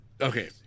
okay